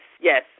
yes